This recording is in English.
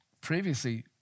Previously